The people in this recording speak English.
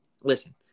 Listen